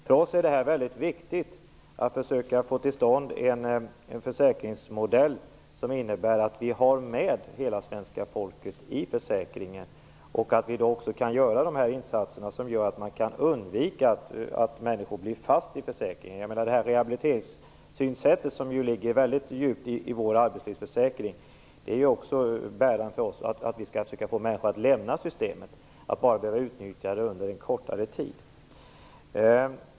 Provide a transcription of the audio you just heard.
För oss är det mycket viktigt att försöka få till stånd en försäkringsmodell som innebär att vi har med hela svenska folket i försäkringen och att vi kan göra insatser för att undvika att människor blir fast i försäkringen. Rehabiliteringssynsättet ligger mycket djupt i vår arbetslivsförsäkring. Det är viktigt för oss att försöka få människor att lämna systemet och bara behöva utnyttja det under en kortare tid.